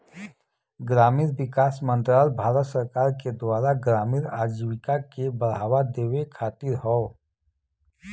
ग्रामीण विकास मंत्रालय भारत सरकार के द्वारा ग्रामीण आजीविका के बढ़ावा देवे खातिर हौ